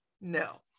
No